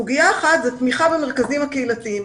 סוגיה אחת היא תמיכה במרכזים הקהילתיים.